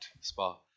Spa